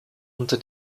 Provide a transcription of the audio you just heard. unter